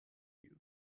you